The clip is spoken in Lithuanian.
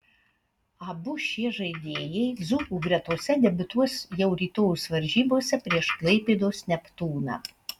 abu šie žaidėjai dzūkų gretose debiutuos jau rytojaus varžybose prieš klaipėdos neptūną